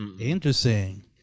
Interesting